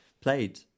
played